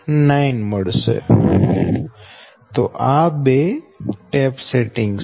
90 તો આ બે ટેપ સેટિંગ છે